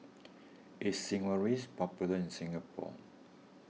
is Sigvaris popular in Singapore